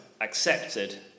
accepted